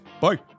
Bye